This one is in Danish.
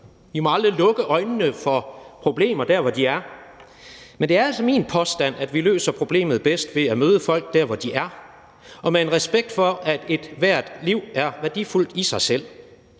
vi må aldrig lukke øjnene for problemer der, hvor de er. Men det er altså min påstand, at vi løser problemet bedst ved at møde folk der, hvor de er, og med en respekt for, at ethvert liv er værdifuldt i sig selv.